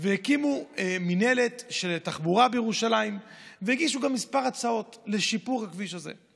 הקימו מינהלת של תחבורה בירושלים והגישו גם כמה הצעות לשיפור הכביש הזה.